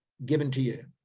given to you.